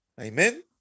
Amen